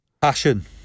passion